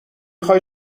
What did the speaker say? خوای